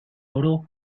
oro